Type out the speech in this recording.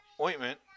Ointment